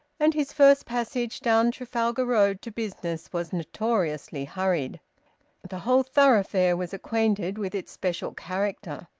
and his first passage down trafalgar road to business was notoriously hurried the whole thoroughfare was acquainted with its special character.